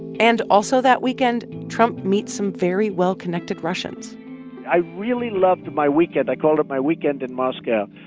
and also that weekend, trump meets some very well-connected russians i really loved my weekend. i called it my weekend in moscow.